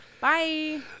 Bye